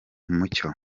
mucyo